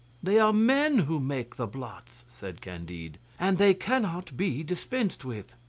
they are men who make the blots, said candide, and they cannot be dispensed with.